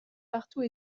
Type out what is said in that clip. partout